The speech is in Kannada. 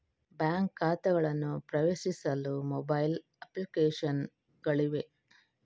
ಬ್ಯಾಂಕ್ ಖಾತೆಗಳನ್ನು ಪ್ರವೇಶಿಸಲು ಮೊಬೈಲ್ ಅಪ್ಲಿಕೇಶನ್ ಗಳಿವೆ